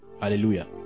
hallelujah